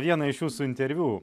vieną iš jūsų interviu